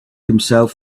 himself